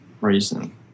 reason